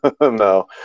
No